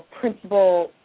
principal